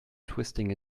twisting